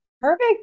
Perfect